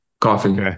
Coffee